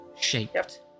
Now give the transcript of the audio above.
Shaped